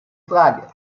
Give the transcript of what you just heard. frage